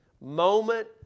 moment